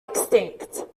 extinct